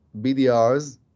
BDRs